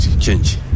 change